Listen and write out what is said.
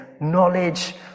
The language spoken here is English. knowledge